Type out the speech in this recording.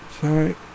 Sorry